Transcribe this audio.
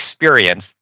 experience